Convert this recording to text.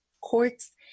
courts